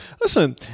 Listen